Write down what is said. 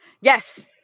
Yes